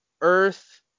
Earth